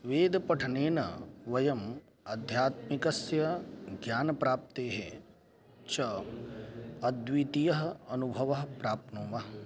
वेदपठनेन वयम् अध्यात्मिकस्य ज्ञानप्राप्तेः च अद्वितीयः अनुभवः प्राप्नुवः